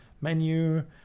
menu